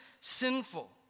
sinful